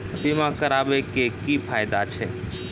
बीमा कराबै के की फायदा छै?